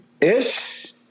Ish